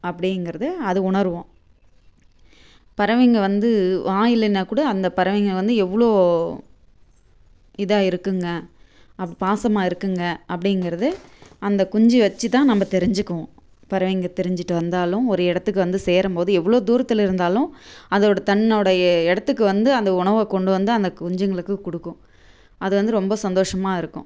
அப்படிங்கிறது அது உணர்வோம் பறவைங்க வந்து வாய் இல்லைனா கூட அந்த பறவைங்க வந்து எவ்வளோ இதாக இருக்குங்க அப் பாசமாக இருக்குதுங்க அப்படிங்கிறது அந்த குஞ்சி வச்சு தான் நம்ம தெரிஞ்சுக்குவோம் பறவைங்க தெரிஞ்சிகிட்டு வந்தாலும் ஒரு இடத்துக்கு வந்து சேரும் போது எவ்வளோ தூரத்தில் இருந்தாலும் அதோடய தன்னோடைய இடத்துக்கு வந்து அந்த உணவை கொண்டு வந்து அந்த குஞ்சுங்களுக்கு கொடுக்கும் அது வந்து ரொம்ப சந்தோஷமாக இருக்கும்